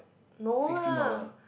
no lah